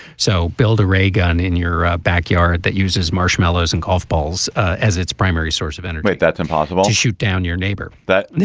so build a ray gun in your ah backyard that uses marshmallows and golf balls as its primary source of energy mate that's impossible shoot down your neighbor but